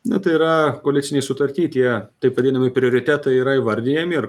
na tai yra koalicinėj sutarty tie taip vadinami prioritetai yra įvardijami ir